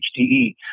HDE